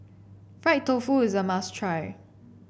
Fried Tofu is a must try